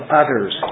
others